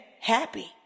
happy